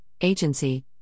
agency